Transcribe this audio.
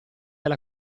alla